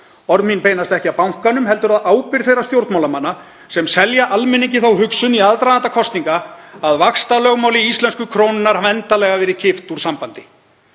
Orð mín beinast ekki að bankanum heldur að ábyrgð þeirra stjórnmálamanna sem selja almenningi þá hugsun í aðdraganda kosninga að vaxtalögmáli íslensku krónunnar hafi endanlega verið kippt úr sambandi.